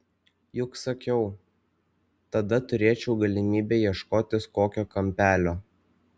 juk sakiau tada turėčiau galimybę ieškotis kokio kampelio